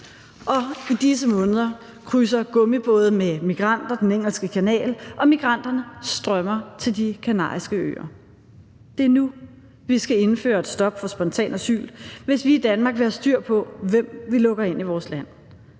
Og i disse måneder krydser gummibåde med migranter Den Engelske Kanal, og migranterne strømmer til De Kanariske Øer. Det er nu, vi skal indføre et stop for spontant asyl, hvis vi i Danmark vil have styr på, hvem vi lukker ind i vores land.